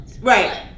Right